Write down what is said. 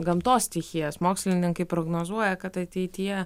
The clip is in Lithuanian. gamtos stichijas mokslininkai prognozuoja kad ateityje